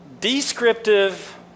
descriptive